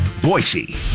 Boise